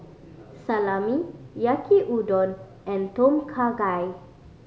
Salami Yaki Udon and Tom Kha Gai